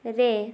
ରେ